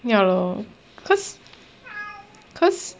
ya loh because because